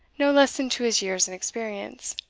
no less than to his years and experience